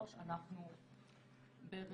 מי אמר שזה רק אם החשבון שלו מנוהל אצלך זה צריך להיות